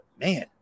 man